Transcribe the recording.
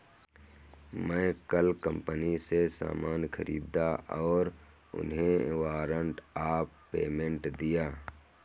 मैं कल कंपनी से सामान ख़रीदा और उन्हें वारंट ऑफ़ पेमेंट दिया